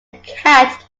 cat